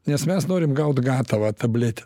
nes mes norim gaut gatavą tabletę